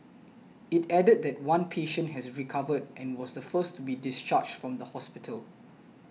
it added that one patient has recovered and was the first to be discharged from the hospital